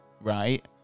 right